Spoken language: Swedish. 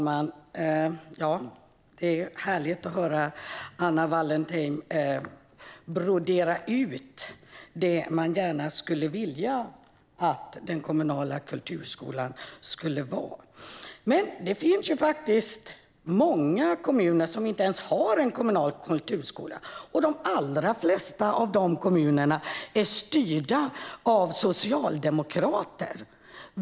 Fru talman! Det är härligt att höra Anna Wallentheim brodera ut det man gärna skulle vilja att den kommunala kulturskolan skulle vara. Men det finns faktiskt många kommuner som inte ens har en kommunal kulturskola, och de allra flesta av de kommunerna är styrda av socialdemokrater.